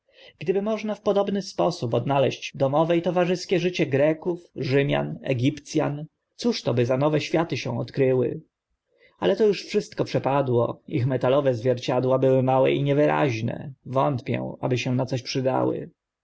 gdyby można w podobny sposób odnaleźć domowe i towarzyskie życie greków rzymian egipc an cóż by to za nowe światy się odkryły ale to uż wszystko przepadło ich metalowe zwierciadła były małe i niewyraźne wątpię aby się na co przydały